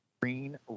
green